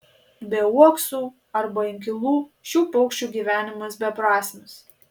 be uoksų arba inkilų šių paukščių gyvenimas beprasmis